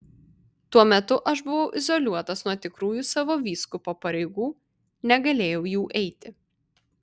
tuo metu aš buvau izoliuotas nuo tikrųjų savo vyskupo pareigų negalėjau jų eiti